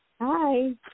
Hi